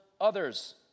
others